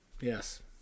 Yes